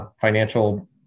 financial